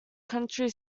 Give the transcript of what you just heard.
county